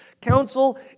council